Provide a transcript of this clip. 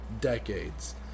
decades